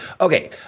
Okay